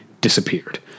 disappeared